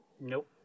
Nope